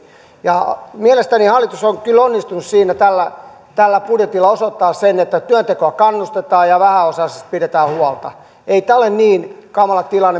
hyvin mielestäni hallitus on kyllä onnistunut siinä tällä tällä budjetilla se osoittaa sen että työntekoon kannustetaan ja vähäosaisista pidetään huolta ei tämä ole niin kamala tilanne kuin